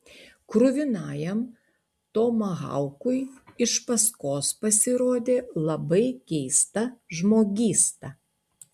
kruvinajam tomahaukui iš paskos pasirodė labai keista žmogysta